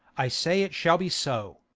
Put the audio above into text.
i say it shall be so.